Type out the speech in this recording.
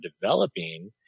developing